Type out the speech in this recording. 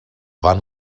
van